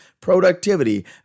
productivity